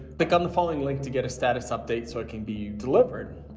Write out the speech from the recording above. click on the following link to get a status update so it can be delivered.